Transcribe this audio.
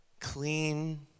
clean